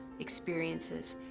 experiences,